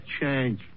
change